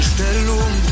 Stellung